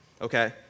okay